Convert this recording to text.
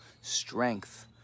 strength